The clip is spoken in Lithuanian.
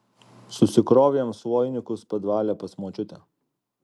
susikrovėm sloinikus padvale pas močiutę